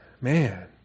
man